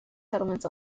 settlements